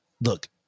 look